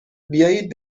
بیایید